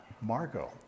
Margot